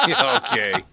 Okay